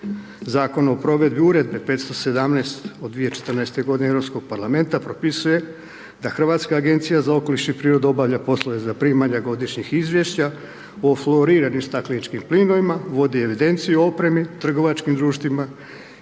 Zakon o provedbi Uredbe 517. od 2014. godine Europskog parlamenta, propisuje da Hrvatska agencija za okoliš i prirodu obavlja poslove zaprimanja godišnjih izvješća o floriranim stakleničkim plinovima, vodi evidenciju opreme, trgovačkim društvima,